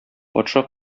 патша